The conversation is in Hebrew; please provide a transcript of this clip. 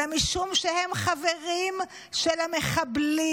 אלא משום שהם חברים של המחבלים,